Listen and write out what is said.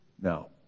No